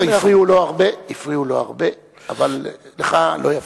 לא, הפריעו לו הרבה, אבל לך לא יפריעו.